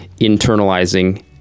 internalizing